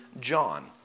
John